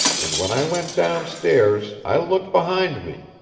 and when i went downstairs i looked behind me,